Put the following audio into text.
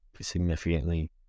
significantly